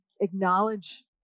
acknowledge